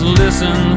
listen